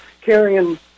carrying